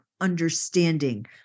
understanding